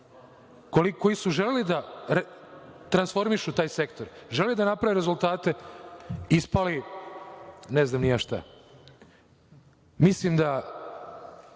koji smo želeli da transformišemo taj sektor, želeli da napravimo rezultate, ispali ne znam ni ja šta. Mislim da